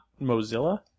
Mozilla